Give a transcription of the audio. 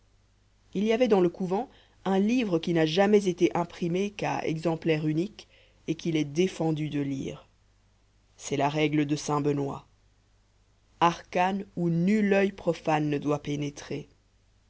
il y avait dans le couvent un livre qui n'a jamais été imprimé qu'à exemplaire unique et qu'il est défendu de lire c'est la règle de saint benoît arcane où nul oeil profane ne doit pénétrer